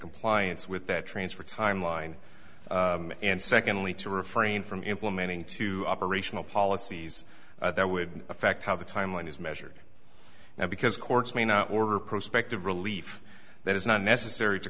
compliance with that transfer timeline and secondly to refrain from implementing two operational policies that would affect how the timeline is measured now because courts may not order prospect of relief that is not necessary to